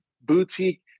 boutique